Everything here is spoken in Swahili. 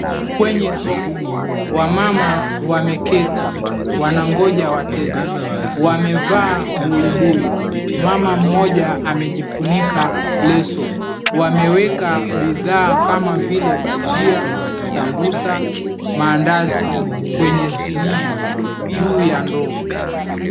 Kwenye soko, wamama wameketi wanangoja wateja. Wamevaa buibui. Mama mmoja amejifunika leso. Wameweka bidhaa kama vile bhajia, sambusa, mandazi, kwenye sinia juu ya ndoo.